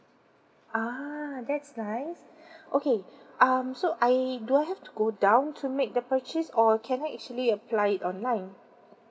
ah that's nice okay um so I do I have to go down to make the purchase or can I actually apply it online